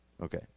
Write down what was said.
Okay